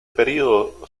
período